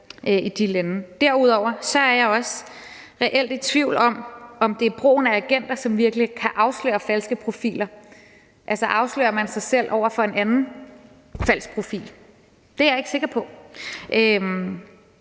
Derudover er jeg også reelt i tvivl om, om det er brugen af agenter, som virkelig kan afsløre falske profiler. Altså, afslører man sig selv over for en anden falsk profil? Det er jeg ikke sikker på.